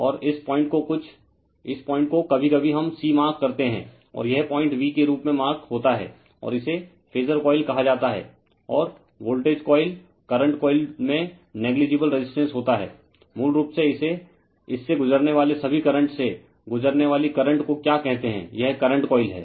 और इस पॉइंट को कुछ इस पॉइंट को कभी कभी हम c मार्क करते हैं और यह पॉइंट v के रूप में मार्क होता है और इसे फेजर कॉइल कहा जाता है और वोल्टेज कॉइल करंट कॉइल में नेगलीजीबल रेजिस्टेंस होता है मूल रूप से इसे इससे गुजरने वाले सभी करंट से गुजरने वाली करंट को क्या कहते हैं यह करंट कॉइल है